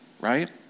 right